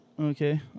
okay